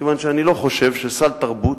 מכיוון שאני לא חושב שסל תרבות,